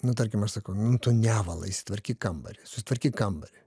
nu tarkim aš sakau nu tu nevala išsitvarkyk kambarį susitvarkyk kambarį